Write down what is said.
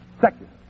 Second